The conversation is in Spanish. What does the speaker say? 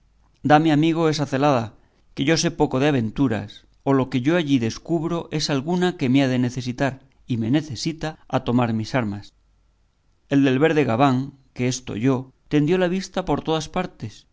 dijo dame amigo esa celada que yo sé poco de aventuras o lo que allí descubro es alguna que me ha de necesitar y me necesita a tomar mis armas el del verde gabán que esto oyó tendió la vista por todas partes